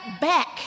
back